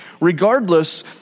Regardless